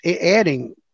adding